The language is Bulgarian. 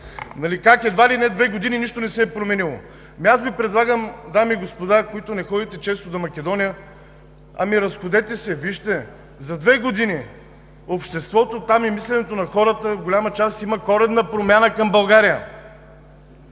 – как едва ли не две години нищо не се е променило. Аз Ви предлагам, дами и господа, които не ходите често до Македония – ами разходете се, вижте. За две години обществото там и мисленето на хората в голяма част има коренна промяна към България.